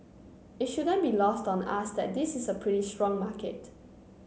it shouldn't be lost on us that this is a pretty strong market